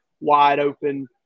wide-open